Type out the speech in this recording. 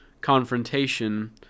confrontation